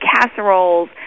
casseroles